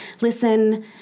listen